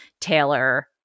Taylor